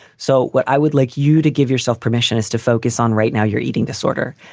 so what i would like you to give yourself permission is to focus on right now you're eating disorder.